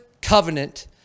covenant